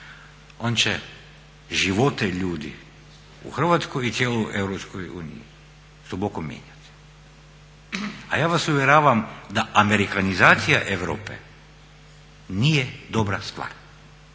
on će živote ljudi u Hrvatskoj i cijeloj EU duboko mijenjati. A ja vas uvjeravam da amerikanizacija Europe nije dobra stvar